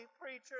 preacher